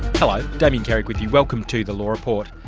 hello, damien carrick with you. welcome to the law report.